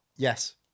Yes